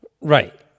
Right